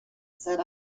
said